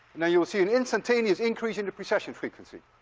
now you will see an instantaneous increase in the precession frequency.